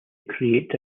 create